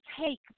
take